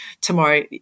tomorrow